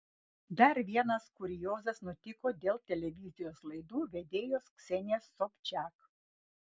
dar vienas kuriozas nutiko dėl televizijos laidų vedėjos ksenijos sobčiak